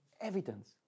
Evidence